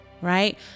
right